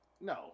No